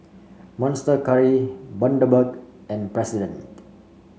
Monster Curry Bundaberg and President